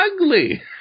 ugly